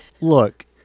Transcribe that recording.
look